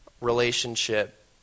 relationship